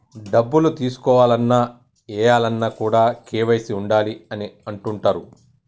డబ్బులు తీసుకోవాలన్న, ఏయాలన్న కూడా కేవైసీ ఉండాలి అని అంటుంటరు